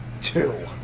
Two